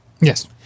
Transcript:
Yes